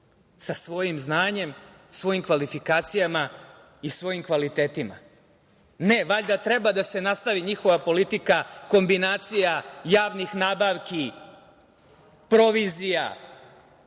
sa svojim znanjem, svojim kvalifikacijama i svojim kvalitetima. Ne, valjda treba da se nastavi njihova politika kombinacija, javnih nabavki, provizija,